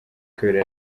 kabiri